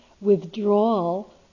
withdrawal